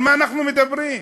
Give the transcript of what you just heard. על מה אנחנו מדברים?